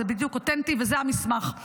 זה בדיוק אותנטי, וזה המסמך.